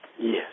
Yes